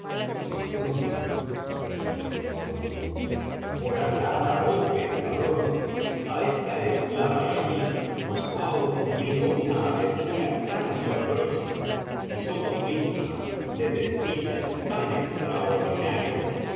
entonces le contestó alí nur por alah oh pescador á esta esclava y á mí nos ha ocurrido una aventura tan asombrosa y somos víctimas de desdichas tan extraordinarias